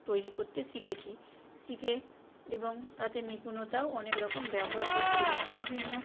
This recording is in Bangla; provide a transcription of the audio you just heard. তৈরি করতে শিখেচি শিখে এবং তাতে নিপুণতাও অনেকরকম ব্যবহার করতে পেরেছি বিভিন্ন